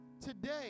today